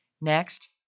Next